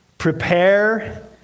Prepare